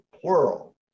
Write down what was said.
plural